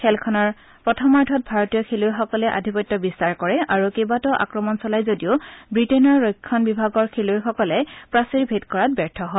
খেলখনৰ প্ৰথমাৰ্ধত ভাৰতীয় খেলুৱৈসকলে আধিপত্য বিস্তাৰ কৰে আৰু কেইবাটাও আক্ৰমণ চলাই যদিও ৱিটেনৰ ৰক্ষণ বিভাগৰ খেলুৱৈসকলৰ প্ৰাচীৰ ভেদ কৰাত ব্যৰ্থ হয়